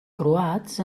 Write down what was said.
croats